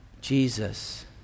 Jesus